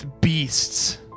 beasts